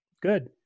good